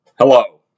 Hello